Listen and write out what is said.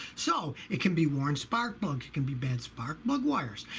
so it can be worn spark plugs it can be bad spark plug wires,